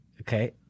Okay